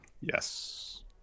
Yes